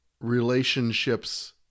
relationships